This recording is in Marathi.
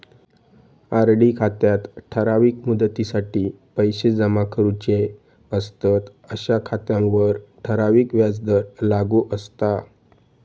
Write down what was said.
आर.डी खात्यात ठराविक मुदतीसाठी पैशे जमा करूचे असतंत अशा खात्यांवर ठराविक व्याजदर लागू असता